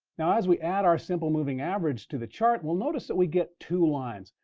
now, as we add our simple moving average to the chart, we'll notice that we get two lines.